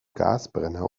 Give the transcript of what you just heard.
gasbrenner